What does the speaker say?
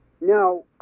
Now